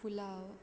pulao